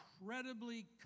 incredibly